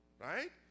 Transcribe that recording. right